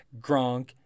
Gronk